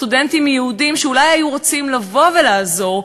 סטודנטים יהודים שאולי היו רוצים לבוא ולעזור ולסייע,